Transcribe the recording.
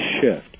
shift